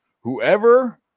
Whoever